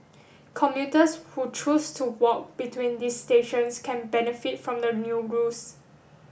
commuters who choose to walk between these stations can benefit from the new rules